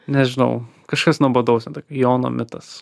nežinau kažkas nuobodaus ten tokio jono mitas